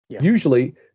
Usually